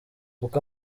uko